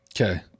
Okay